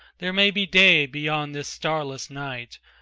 there may be day beyond this starless night,